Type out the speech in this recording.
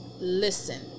listen